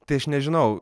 tai aš nežinau